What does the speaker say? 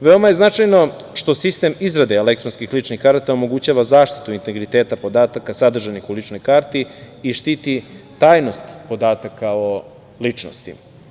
Veoma je značajno što sistem izrade elektronskih ličnih karata, omogućava zaštitu integriteta podataka, sadržanih u ličnoj karti i štiti tajnost podataka o ličnosti.